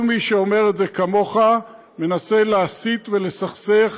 כל מי שאומר את זה, כמוך, מנסה להסית ולסכסך